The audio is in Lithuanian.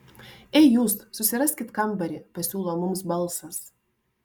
ei jūs susiraskit kambarį pasiūlo mums balsas